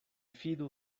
fidu